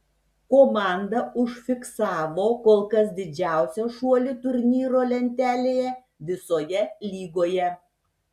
komanda užfiksavo kol kas didžiausią šuolį turnyro lentelėje visoje lygoje